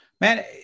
Man